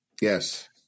Yes